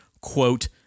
quote